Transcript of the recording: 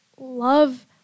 love